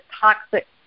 toxic